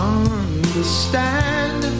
understand